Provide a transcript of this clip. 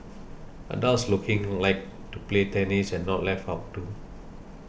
adults looking like to play tennis are not left out too